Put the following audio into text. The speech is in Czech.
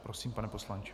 Prosím, pane poslanče.